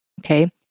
Okay